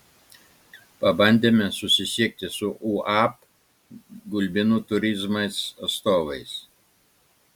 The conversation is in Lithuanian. pabandėme susisiekti su uab gulbinų turizmas atstovais